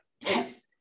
Yes